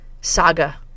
saga